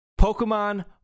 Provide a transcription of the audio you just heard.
Pokemon